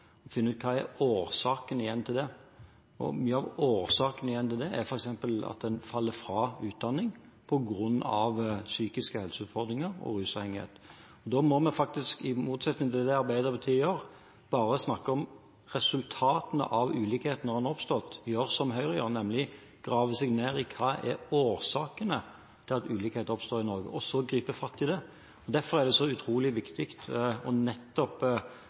finne ut hva som er årsaken til det. Mye av årsaken til det er bl.a. at en faller fra utdanningen på grunn av psykiske helseutfordringer og rusavhengighet. Da må vi – i motsetning til det Arbeiderpartiet gjør, som bare snakker om resultatene av ulikhetene når de har oppstått – gjøre som Høyre gjør, nemlig å grave seg ned i hva som er årsakene til at ulikhet oppstår i Norge, og så gripe fatt i det. Derfor er det så utrolig viktig